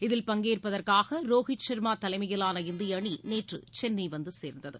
இதில் பங்பேற்பதற்காக ரோகித் சாமா தலைமையிலான இந்திய அணி நேற்று சென்னை வந்து சே்ந்தது